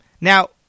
Now